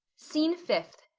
scene fifth.